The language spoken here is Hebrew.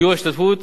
שיעור ההשתתפות,